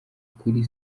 kuri